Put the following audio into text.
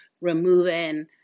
removing